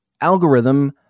algorithm